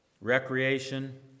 recreation